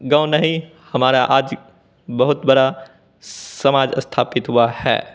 हमारा गाँव नहीं हमारा आज बहुत बड़ा समाज स्थापित हुआ है